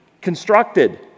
constructed